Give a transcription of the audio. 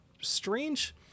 strange